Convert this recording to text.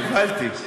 נבהלתי.